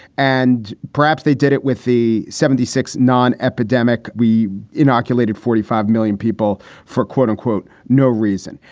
and perhaps they did it with the seventy six non epidemic. we inoculated forty five million people for quote unquote no reason.